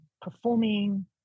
performing